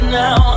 now